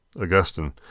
Augustine